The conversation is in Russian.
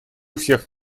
всех